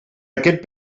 aquest